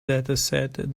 dataset